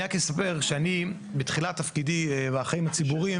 אני רק אסביר שאני בתחילת תפקידי בחיים הציבוריים.